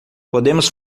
podemos